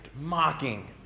mocking